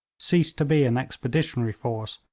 ceased to be an expeditionary force,